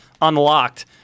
Unlocked